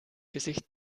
gesicht